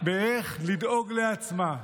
באיך לדאוג לעצמה.